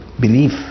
belief